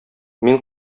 мин